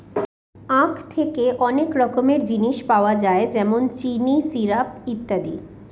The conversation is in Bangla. আঁখ থেকে অনেক রকমের জিনিস পাওয়া যায় যেমন চিনি, সিরাপ, ইত্যাদি